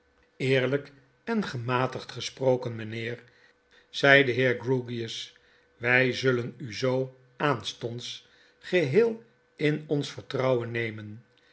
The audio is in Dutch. eerlyk en gematigd gesproken mynheer zei de heer grewgioewy zullen u zoo aanstonds geheel in ons vertrouwen nemen